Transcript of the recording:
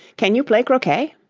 can you play croquet